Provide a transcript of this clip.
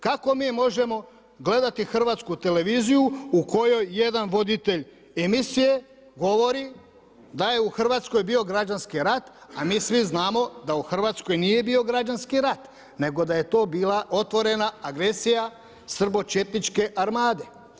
Kako mi možemo gledati Hrvatsku televiziju u kojoj jedan voditelj emisije govori da je u Hrvatskoj bio građanski rat, a mi svi znamo da u Hrvatskoj nije bio građanski rat, nego da je to bila otvorena agresija srbo-četničke armade.